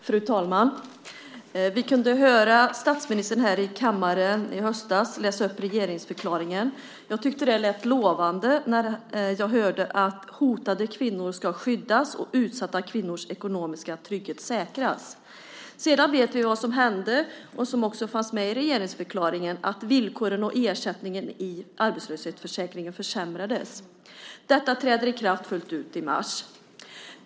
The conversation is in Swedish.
Fru talman! Vi kunde höra statsministern läsa upp regeringsförklaringen här i kammaren i höstas. Jag tyckte att det lät lovande när jag hörde att hotade kvinnor ska skyddas och utsatta kvinnors ekonomiska trygghet säkras. Sedan vet vi vad som hände. Det fanns också med i regeringsförklaringen att villkoren och ersättningen i arbetslöshetsförsäkringen ska försämras. Detta träder i kraft fullt ut i mars.